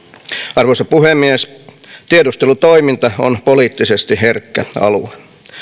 arvoisa puhemies tiedustelutoiminta on poliittisesti herkkä alue